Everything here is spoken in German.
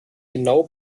genau